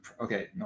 okay